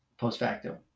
post-facto